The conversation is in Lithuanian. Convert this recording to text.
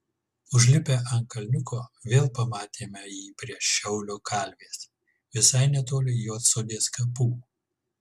užlipę ant kalniuko vėl pamatėme jį prie šiaulio kalvės visai netoli juodsodės kapų